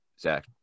Zach